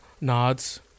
nods